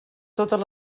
totes